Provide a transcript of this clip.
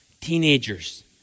Teenagers